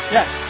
Yes